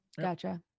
gotcha